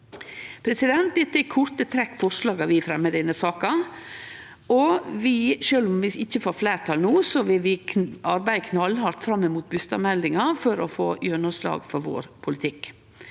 føreseieleg. Dette er i korte trekk forslaga vi fremjar i denne saka, og sjølv om vi ikkje får fleirtal no, vil vi arbeide knallhardt fram mot bustadmeldinga for å få gjennomslag for vår politikk.